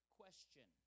question